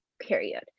Period